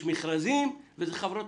יש מכרזים וחברות